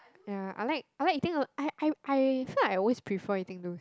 ya I like I like eating I I I feel like I always prefer eating those